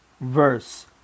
verse